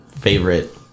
favorite